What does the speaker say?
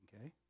Okay